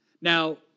Now